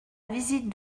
visite